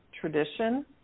tradition